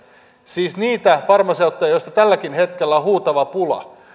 siis niitä farmaseutteja joista tälläkin hetkellä on huutava pula